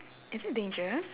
is it dangerous